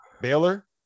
Baylor